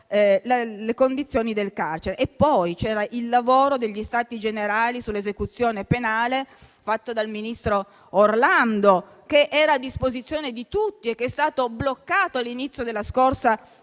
le condizioni del carcere. C'era poi il lavoro degli stati generali sull'esecuzione penale, realizzato dal ministro Orlando, che era a disposizione di tutti e che è stato bloccato all'inizio della scorsa legislatura.